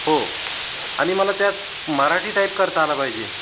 हो आणि मला त्यात मराठी टाईप करता आला पाहिजे